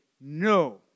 no